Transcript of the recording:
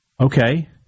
okay